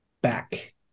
back